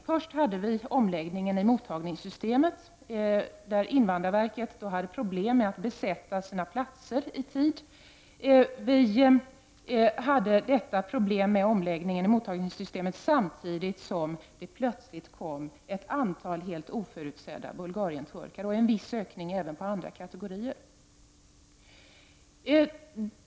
Först hade vi problem med omläggningen av mottagningssystemet; invandrarverket hade svårt att besätta sina platser i tid. Samtidigt kom det plötsligt och helt oförutsett ett antal bulgarienturkar, och det blev en viss ökning även beträffande andra kategorier.